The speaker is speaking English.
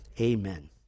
Amen